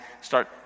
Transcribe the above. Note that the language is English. start